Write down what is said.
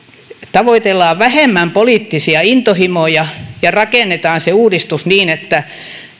tavoitellaan vähemmän poliittisia intohimoja ja rakennetaan se uudistus niin että